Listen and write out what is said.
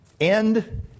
end